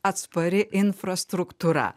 atspari infrastruktūra